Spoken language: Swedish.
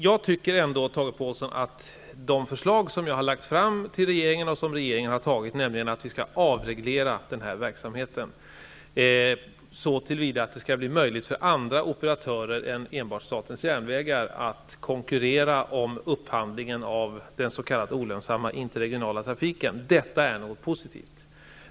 Jag tycker ändå, Tage Påhlsson, att de förslag jag har lagt fram till regeringen och som regeringen har ställt sig bakom, nämligen att vi skall avreglera den här verksamheten så till vida att det skall bli möjligt för andra operatörer än enbart statens järnvägar att konkurrera om upphandlingen av den s.k. olönsamma interregionala trafiken, är något positivt.